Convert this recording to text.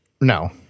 No